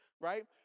right